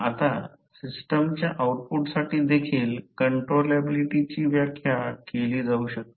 आता सिस्टमच्या आऊटपुटसाठी देखील कंट्रोलॅबिलिटीची व्याख्या केली जाऊ शकते